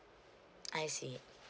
I see